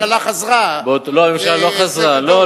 שהממשלה חזרה, לא,